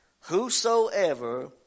whosoever